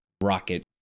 rocket